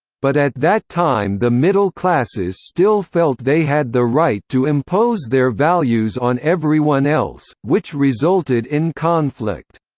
but at that time the middle classes still felt they had the right to impose their values on everyone else, which resulted in conflict.